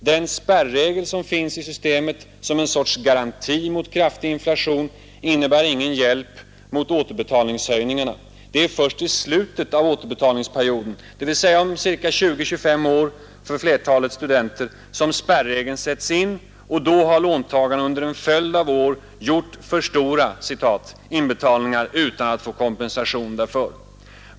Den spärregel som finns i systemet som en sorts garanti mot kraftig inflation innebär ingen hjälp mot återbetalningshöjningarna. Det är först i slutet av återbetalningsperioden, dvs. om ca 20-25 år för flertalet studenter, som spärregeln sätts in, och då har låntagarna under en följd av år gjort för stora inbetalningar utan att få kompensation därför.